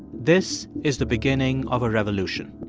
this is the beginning of a revolution.